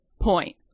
point